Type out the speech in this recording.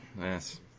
yes